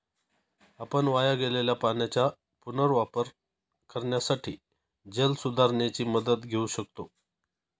आपण वाया गेलेल्या पाण्याचा पुनर्वापर करण्यासाठी जलसुधारणेची मदत घेऊ शकतो